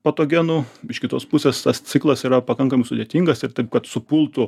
patogenų iš kitos pusės tas ciklas yra pakankamai sudėtingas ir taip kad supultų